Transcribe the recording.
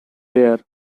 there